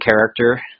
character